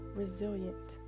resilient